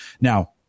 Now